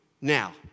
now